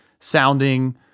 Sounding